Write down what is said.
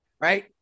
Right